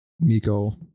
Miko